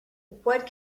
what